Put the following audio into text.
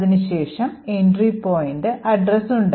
അതിനുശേഷം entry point address ഉണ്ട്